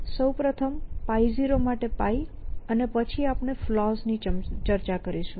સૌપ્રથમ π0 માટે π અને પછી આપણે ફલૉ ની ચર્ચા કરીશું